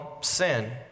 sin